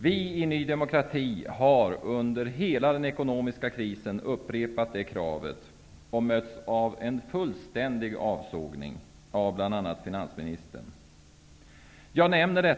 Vi i Ny demokrati har under hela den ekonomiska krisen upprepat det kravet och mötts av en fullständig sågning av bl.a.